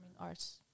arts